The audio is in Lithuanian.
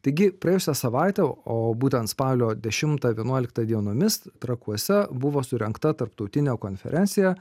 taigi praėjusią savaitę o būtent spalio dešimtą vienuoliktą dienomis trakuose buvo surengta tarptautinė konferencija